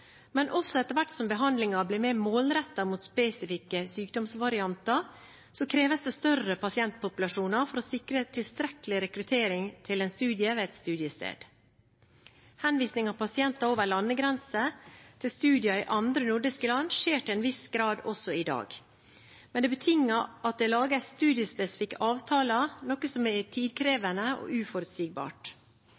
Men også etter hvert som behandlingen blir mer målrettet mot spesifikke sykdomsvarianter, kreves det større pasientpopulasjoner for å sikre tilstrekkelig rekruttering til en studie ved et studiested. Henvisning av pasienter over landegrenser til studier i andre nordiske land skjer til en viss grad også i dag, men det betinger at det lages studiespesifikke avtaler, noe som er